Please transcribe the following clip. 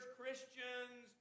Christians